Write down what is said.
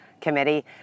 committee